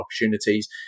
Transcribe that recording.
opportunities